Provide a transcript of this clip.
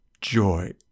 joy